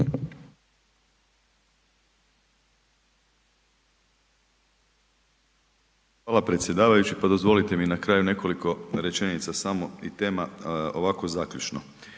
Hvala predsjedavajući, pa dozvolite mi na kraju nekoliko rečenica samo i tema ovako zaključno.